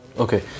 Okay